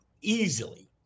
easily